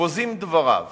ובוזים דבריו